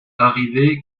arrivés